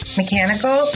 mechanical